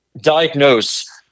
diagnose